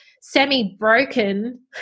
semi-broken